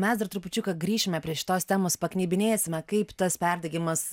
mes dar trupučiuką grįšime prie šitos temos paknebinėsime kaip tas perdegimas